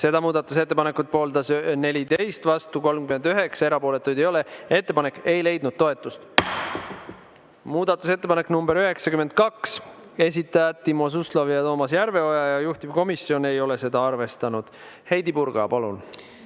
Seda muudatusettepanekut pooldas 14, vastu oli 39, erapooletuid ei ole. Ettepanek ei leidnud toetust. Muudatusettepanek nr 92, esitajad Timo Suslov ja Toomas Järveoja, juhtivkomisjon ei ole seda arvestanud. Heidy Purga, palun!